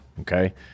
okay